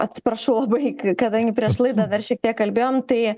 atsiprašau labai kadangi prieš laidą dar šiek tiek kalbėjom tai